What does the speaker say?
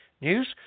news